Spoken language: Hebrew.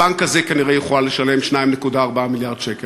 הבנק הזה כנראה יוכל לשלם 2.4 מיליארד שקל.